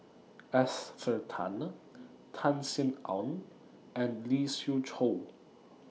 Esther Tan Tan Sin Aun and Lee Siew Choh